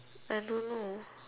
I don't know